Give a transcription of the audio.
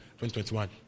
2021